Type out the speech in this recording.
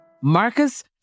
Marcus